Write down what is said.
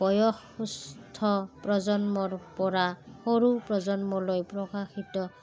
বয়স সুস্থ প্ৰজন্মৰপৰা সৰু প্ৰজন্মলৈ প্ৰকাশিত